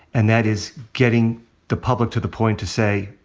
and that is getting the public to the point to say,